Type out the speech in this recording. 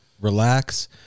relax